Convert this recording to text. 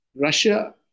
Russia